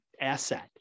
asset